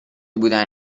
بودن